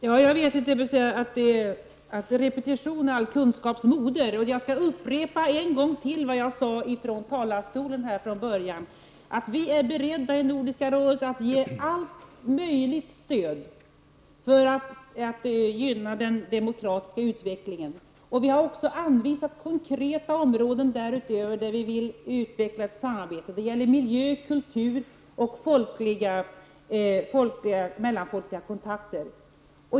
Herr talman! Jag vet att repetition är all kunskaps moder, och jag skall en gång till upprepa vad jag sade i mitt inledningsanförande. Vi är i Nordiska rådet beredda att ge allt tänkbart stöd för att ffrämja den demokratiska utvecklingen i de baltiska staterna. Vi har också pekat på konkreta områden där vi vill utveckla ett samarbete. Det gäller miljö, kultur och mellanfolkliga kontakter.